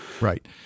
Right